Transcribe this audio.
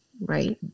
Right